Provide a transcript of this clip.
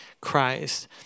Christ